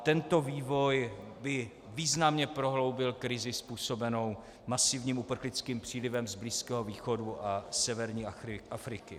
Tento vývoj by významně prohloubil krizi způsobenou masivním uprchlickým přílivem z Blízkého východu a severní Afriky.